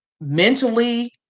mentally